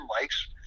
likes